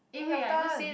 eh your turn